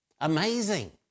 Amazing